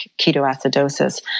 ketoacidosis